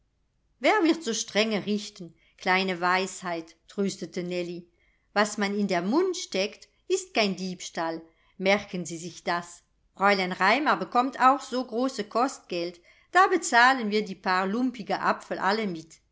wer wird so strenge richten kleine weisheit tröstete nellie was man in der mund steckt ist kein diebstahl merken sie sich das fräulein raimar bekommt auch so große kostgeld da bezahlen wir die paar lumpige apfel alle mit